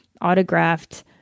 autographed